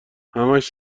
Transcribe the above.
همهاش